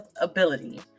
ability